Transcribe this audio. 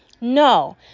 No